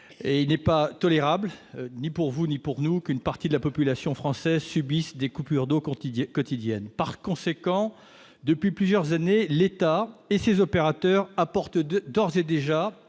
Il n'est pas tolérable, ni pour vous ni pour nous, qu'une partie de la population française subisse des coupures d'eau quotidiennes. Par conséquent, depuis plusieurs années, l'État et ses opérateurs apportent d'ores et déjà